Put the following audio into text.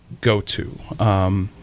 go-to